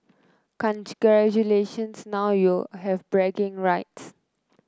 congratulations now you have bragging rights